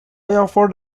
offered